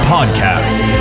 Podcast